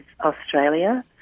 Australia